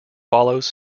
follows